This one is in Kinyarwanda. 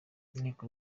inteko